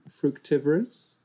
Fructivorous